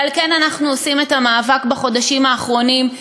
ועל כן אנחנו עושים את המאבק בחודשים האחרונים,